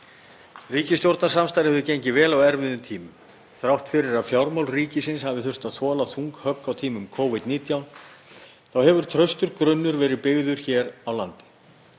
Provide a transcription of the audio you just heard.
Ríkisstjórnarsamstarfið hefur gengið vel á erfiðum tímum. Þrátt fyrir að fjármál ríkisins hafi þurft að þola þung högg á tímum Covid-19 hefur traustur grunnur verið byggður hér á landi.